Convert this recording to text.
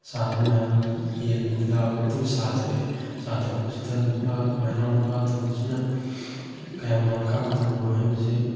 ꯆꯥꯗꯨ ꯃꯌꯥꯝ ꯌꯦꯟꯂꯛꯑꯕ ꯃꯇꯨꯡ ꯆꯥ ꯊꯛꯑꯦ ꯆꯥ ꯊꯛꯄꯁꯤꯗ ꯅꯨꯄꯥ ꯃꯅꯥꯎ ꯅꯨꯄꯥ ꯑꯇꯣꯝꯕꯁꯤꯅ ꯀꯌꯥꯝ ꯌꯥꯝ ꯈꯥꯛꯀꯗꯧꯔꯃꯅꯣ ꯍꯥꯏꯕꯁꯤ